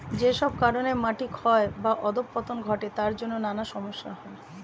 যেসব কারণে মাটি ক্ষয় বা অধঃপতন ঘটে তার জন্যে নানা সমস্যা হয়